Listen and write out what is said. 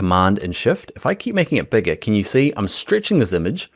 ah and and shift. if i keep making it bigger, can you see? i'm stretching this image